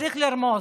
צריך לרמוס.